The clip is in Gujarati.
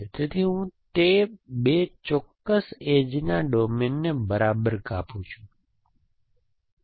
તેથી હું તે 2 ચોક્કસ એજના ડોમેનને બરાબર કાપી શકું છું